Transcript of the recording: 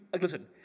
Listen